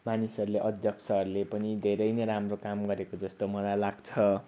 मानिसहरूले अध्यक्षहरूले पनि धेरै नै राम्रो काम गरेको जस्तो मलाई लाग्छ